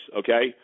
okay